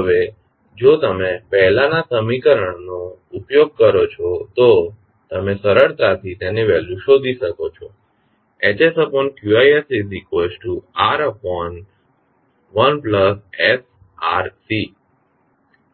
હવે જો તમે પહેલાનાં સમીકરણોનો ઉપયોગ કરો છો તો તમે સરળતાથી તેની વેલ્યુ શોધી શકો છો